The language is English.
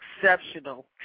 exceptional